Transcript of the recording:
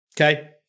Okay